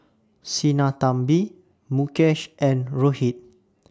Sinnathamby Mukesh and Rohit